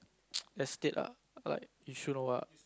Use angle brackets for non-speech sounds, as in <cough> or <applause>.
<noise> estate lah like Yishun or what